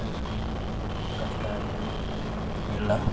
ಅದು ಇದು ಕಷ್ಟಾರ್ಥಗಳು ಎಲ್ಲ